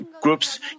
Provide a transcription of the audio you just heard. groups